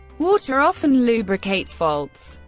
water often lubricates faults,